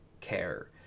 care